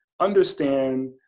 understand